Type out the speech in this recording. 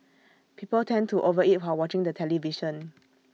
people tend to over eat while watching the television